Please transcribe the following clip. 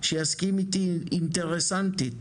שיסכים איתי אינטרסנטית.